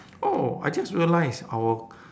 oh I just realised our